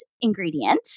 ingredient